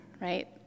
right